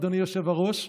אדוני היושב-ראש,